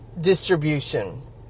distribution